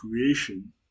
creation